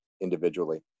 individually